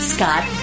Scott